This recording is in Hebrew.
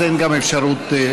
אז גם אין אפשרות,